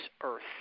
earth